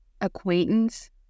acquaintance